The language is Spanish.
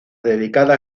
dedicada